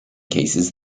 cases